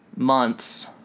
months